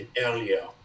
earlier